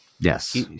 Yes